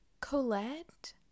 Colette